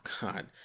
God